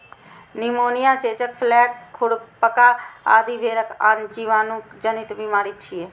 pneumonia, चेचक, plague, खुरपका आदि भेड़क आन जीवाणु जनित बीमारी छियै